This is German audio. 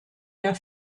der